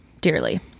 dearly